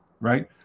Right